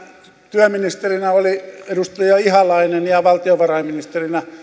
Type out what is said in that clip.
työministerinä oli edustaja ihalainen ja valtiovarainministerinä